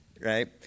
right